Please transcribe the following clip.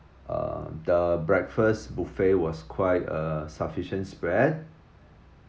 uh the breakfast buffet was quite a sufficient spread